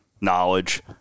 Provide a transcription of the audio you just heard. knowledge